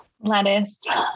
Lettuce